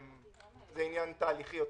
זה עניין תהליכי.